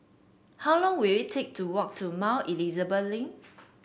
how long will it take to walk to Mount Elizabeth Link